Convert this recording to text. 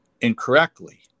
incorrectly